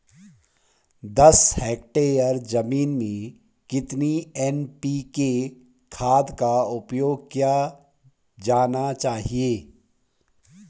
दस हेक्टेयर जमीन में कितनी एन.पी.के खाद का उपयोग किया जाना चाहिए?